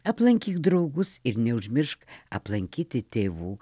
aplankyk draugus ir neužmiršk aplankyti tėvų